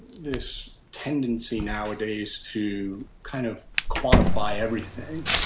this tendency nowadays to kind of quantify everything,